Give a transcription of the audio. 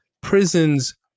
prisons